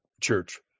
Church